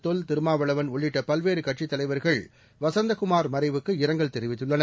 தொல் திருமாவளவன் உள்ளிட்ட பல்வேறு கட்சித் தலைவா்கள் வசந்தகுமாா் மறைவுக்கு இரங்கல் தெரிவித்துள்ளனர்